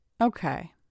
Okay